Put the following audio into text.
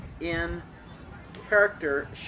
in-character